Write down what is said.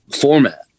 format